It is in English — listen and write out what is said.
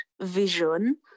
vision